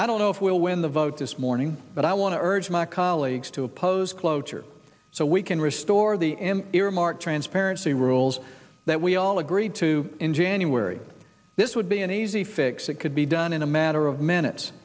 i don't know if we'll win the vote this morning but i want to urge my colleagues to oppose cloture so we can restore the end earmark transparency rules that we all agreed to in january this would be an easy fix it could be done in a matter of minutes